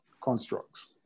constructs